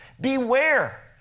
beware